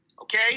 Okay